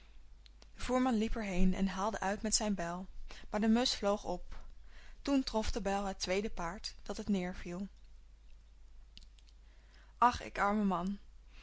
voerman liep er heen en haalde uit met zijn bijl maar de musch vloog op toen trof de bijl het tweede paard dat het neerviel ach ik arme man